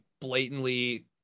blatantly